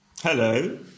Hello